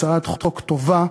הצעת חוק טובה,